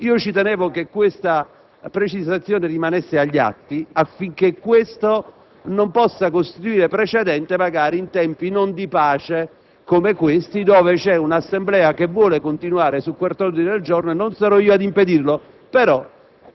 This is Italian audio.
Ci tengo che questa precisazione rimanga agli atti affinché ciò non possa costituire precedente, magari in tempi non di pace come questi, quando vi è una Assemblea che vuole continuare su questo ordine del giorno (e non sarò io ad impedirlo).